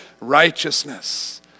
righteousness